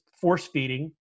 force-feeding